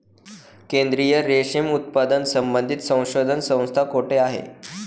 केंद्रीय रेशीम उत्पादन संबंधित संशोधन संस्था कोठे आहे?